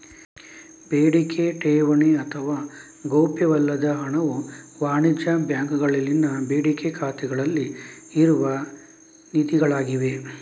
ಬೇಡಿಕೆ ಠೇವಣಿ ಅಥವಾ ಗೌಪ್ಯವಲ್ಲದ ಹಣವು ವಾಣಿಜ್ಯ ಬ್ಯಾಂಕುಗಳಲ್ಲಿನ ಬೇಡಿಕೆ ಖಾತೆಗಳಲ್ಲಿ ಇರುವ ನಿಧಿಗಳಾಗಿವೆ